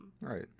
Right